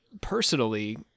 personally